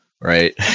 right